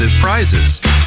prizes